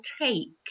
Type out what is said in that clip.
take